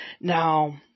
Now